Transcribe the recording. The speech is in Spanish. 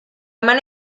mano